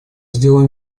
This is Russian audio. сделаем